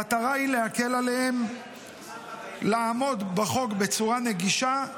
המטרה היא להקל עליהם לעמוד בחוק בצורה נגישה,